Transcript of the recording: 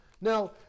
Now